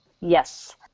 Yes